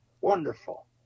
Wonderful